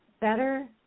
better